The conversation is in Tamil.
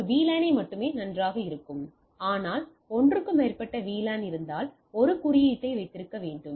ஒரு VLAN மட்டுமே நன்றாக இருக்கும்போது ஆனால் ஒன்றுக்கு மேற்பட்ட VLAN இருந்தால் ஒரு குறியீட்டை வைத்திருக்க வேண்டும்